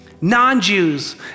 Non-Jews